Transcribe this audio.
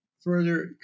Further